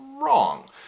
wrong